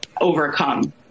overcome